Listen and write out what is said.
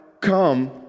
come